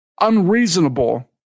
unreasonable